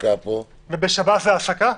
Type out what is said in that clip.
ובשב"ס זה העסקה?